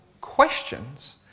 questions